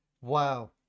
wow